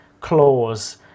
clause